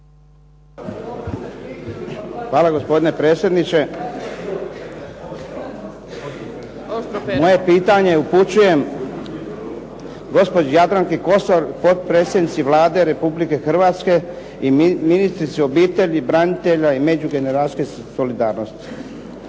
Hvala gospodine predsjedniče. Moje pitanje upućujem gospođi Jadranki Kosor, potpredsjednici Vlade Republike Hrvatske i ministrici obitelji, branitelja i međugeneracijske solidarnosti.